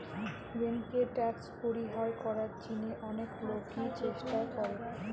বেঙ্কে ট্যাক্স পরিহার করার জিনে অনেক লোকই চেষ্টা করে